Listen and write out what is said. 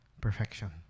Perfection